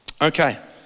Okay